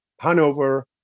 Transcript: Hanover